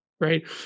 right